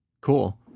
cool